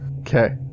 Okay